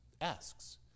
asks